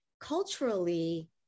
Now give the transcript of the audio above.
Culturally